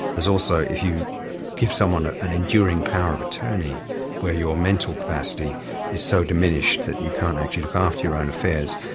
there's also if you give someone an enduring power of attorney where your mental capacity is so diminished that you can't actually look after your own affairs,